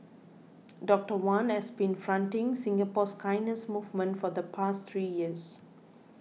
Doctor Wan has been fronting Singapore's kindness movement for the past three years